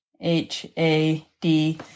H-A-D